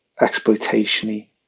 exploitation-y